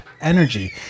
energy